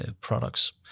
products